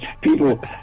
people